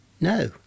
No